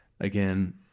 Again